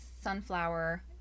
sunflower